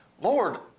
Lord